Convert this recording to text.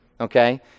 Okay